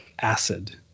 acid